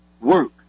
work